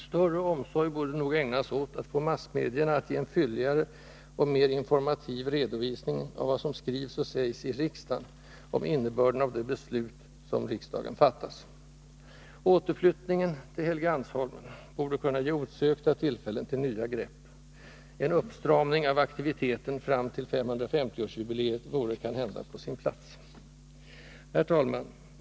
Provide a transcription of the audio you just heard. Större omsorg borde nog ägnas åt att få massmedierna att ge en fylligare och mera informativ redovisning av vad som skrivs och sägs i riksdagen och om innebörden av de beslut som riksdagen fattar. Återflyttningen till Helgeandsholmen borde kunna ge osökta tillfällen till nya grepp. En uppstramning av aktiviteten fram till 550-årsjubileet vore kanhända på sin plats. Herr talman!